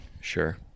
Sure